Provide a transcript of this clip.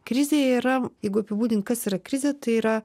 krizė yra jeigu apibūdint kas yra krizė tai yra